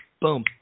boom